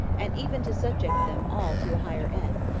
and even to subject them all to a higher end,